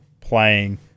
playing